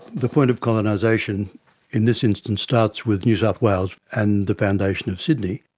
the point of colonisation in this instance starts with new south wales and the foundation of sydney.